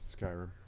Skyrim